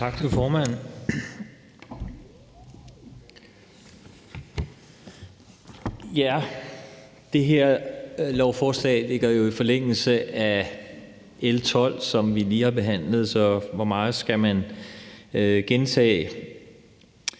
Tak til formanden. Det her lovforslag ligger jo i forlængelse af L 12, som vi lige har behandlet, så hvor meget skal man gentage?